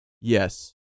Yes